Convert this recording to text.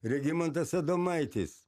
regimantas adomaitis